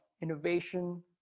innovation